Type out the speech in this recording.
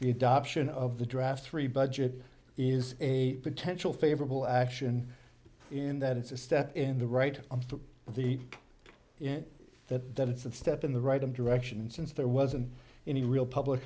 the adoption of the draft free budget is a potential favorable action in that it's a step in the right on through the it that that it's a step in the right of direction and since there wasn't any real public